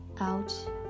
out